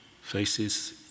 faces